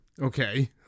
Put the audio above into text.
Okay